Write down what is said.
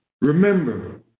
Remember